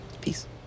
peace